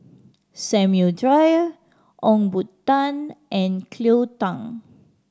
Samuel Dyer Ong Boon Tat and Cleo Thang